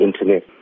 Internet